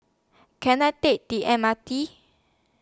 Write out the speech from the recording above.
Can I Take The M R T